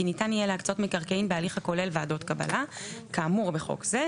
כי ניתן יהיה להקצות מקרקעין בהליך הכולל ועדות קבלה כאמור בחוק זה,